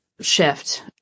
shift